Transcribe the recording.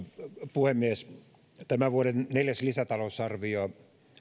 puhemies tämän vuoden neljäs lisätalousarvio